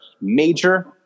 major